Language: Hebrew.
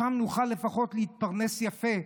שם נוכל לפחות להתפרנס יפה.